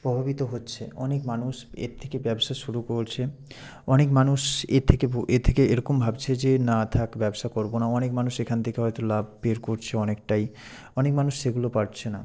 প্রভাবিত হচ্ছে অনেক মানুষ এর থেকে ব্যবসা শুরু করেছে অনেক মানুষ এর থেকে এর থেকে এরকম ভাবছে যে না থাক ব্যবসা করবো না অনেক মানুষ এখন থেকে হয়তো লাভ বের করছে অনেকটায় অনেক মানুষ সেগুলো পারছে না